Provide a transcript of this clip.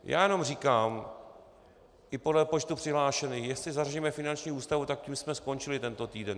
Já jen říkám, i podle počtu přihlášených, jestli zařadíme finanční ústavu, tak tím jsme skončili tento týden.